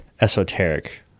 esoteric